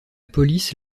police